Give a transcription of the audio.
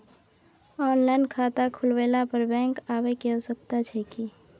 Online खाता खुलवैला पर बैंक आबै के आवश्यकता छै की?